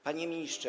Panie Ministrze!